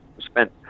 spent